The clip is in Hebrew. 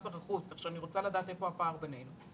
כך שאני רוצה לדעת איפה הפער בינינו.